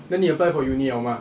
then 你 apply for uni liao mah